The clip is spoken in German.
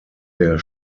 der